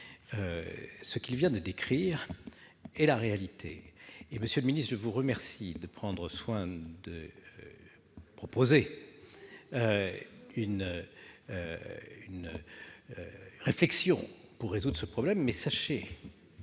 Ce qu'il vient de décrire est la réalité. À cet égard, monsieur le ministre, je vous remercie d'avoir pris le soin de proposer une réflexion pour résoudre ce problème. Sachez